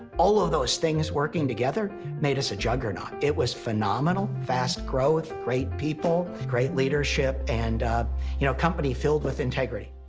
all of those things working together made us a juggernaut. it was phenomenal fast growth, great people, great leadership, and you know, a company filled with integrity.